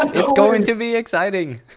um it's going to be exciting.